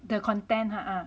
the content